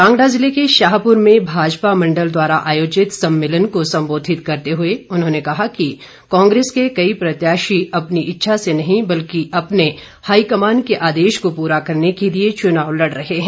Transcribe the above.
कांगड़ा जिले के शाहपुर में भाजपा मंडल द्वारा आयोजित सम्मेलन को संबोधित करते हुए उन्होंने कहा कि कांग्रेस के कई प्रत्याशी अपनी इच्छा से नहीं बल्कि अपने हाईकमान के आदेश को पूरा करने के लिए चुनाव लड़ रहे हैं